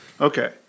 Okay